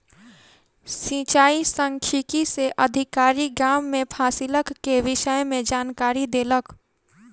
सिचाई सांख्यिकी से अधिकारी, गाम में फसिलक के विषय में जानकारी देलक